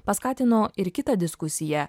paskatino ir kitą diskusiją